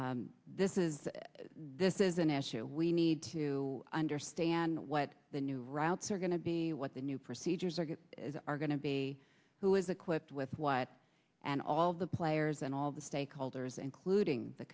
this is this is an issue we need to understand what the new routes are going to be what the new procedures are get are going to be who is equipped with what and all the players and all the stakeholders including the